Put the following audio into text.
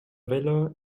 vella